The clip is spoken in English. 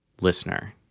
listener